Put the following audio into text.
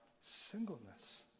singleness